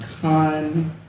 con